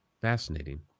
fascinating